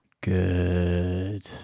Good